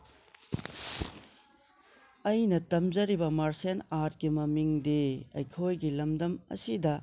ꯑꯩꯅ ꯇꯝꯖꯔꯤꯕ ꯃꯥꯔꯁꯦꯜ ꯑꯥꯔꯠꯀꯤ ꯃꯃꯤꯡꯗꯤ ꯑꯩꯈꯣꯏꯒꯤ ꯂꯝꯗꯝ ꯑꯁꯤꯗ